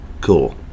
Cool